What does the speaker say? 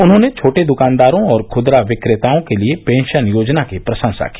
उन्होंने छोटे दुकानदारों और खुदरा किक्रेताओं के लिए पेंशन योजना की प्रशंसा की